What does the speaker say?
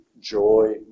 joy